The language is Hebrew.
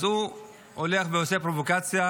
אז הוא הולך ועושה פרובוקציה.